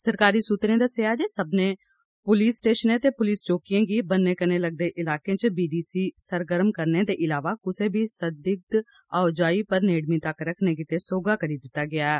सरकारी सूत्रे दस्सेआ ऐ जे सब्बने पुलस स्टेशनें ते पुलस चौकिएं गी बन्ने कन्नै लगदे इलाकें च वीडीसी सरगर्म करने दे इलावा कुसै बी संदिग्घ आओजाई पर नेड़मी तक्क रखने लेई सौहगा करी दितता गेआ ऐ